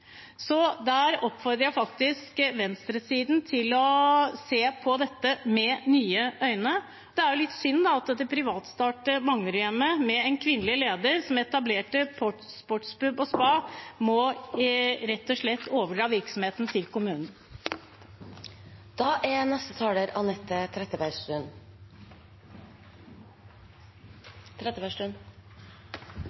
Jeg oppfordrer venstresiden til å se på dette med nye øyne. Det er litt synd at det privatstartede Manglerudhjemmet, med kvinnelig leder, som etablerte sportspub og spa, rett og slett må overdra virksomheten til kommunen.